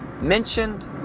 mentioned